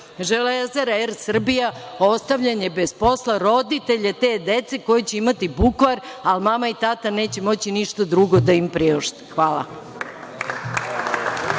Železara, Er Srbija, ostavljanje bez posla roditelja te dece koji će imati bukvar, ali mama i tata neće moći ništa drugo da im priušte. Hvala.